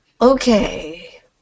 Okay